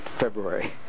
February